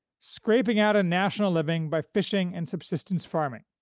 scraping out a national living by fishing and subsistence farming.